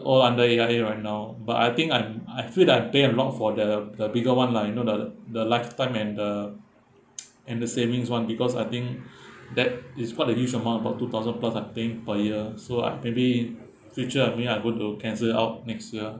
all under it under it right now but I think I'm I feel like I pay a lot for the the bigger [one] lah you know the the lifetime and the and the savings [one] because I think that is quite a huge amount about two thousand plus something per year so uh maybe future I mean I'm going to cancel it out next year